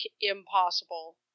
impossible